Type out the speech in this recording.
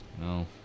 No